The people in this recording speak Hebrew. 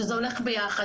שזה הולך ביחד,